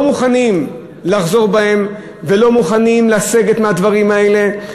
לא מוכנים לחזור בהם ולא מוכנים לסגת מהדברים האלה.